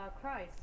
Christ